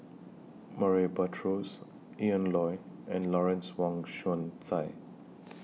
Murray Buttrose Ian Loy and Lawrence Wong Shyun Tsai